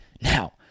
Now